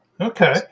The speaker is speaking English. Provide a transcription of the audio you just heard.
Okay